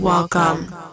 Welcome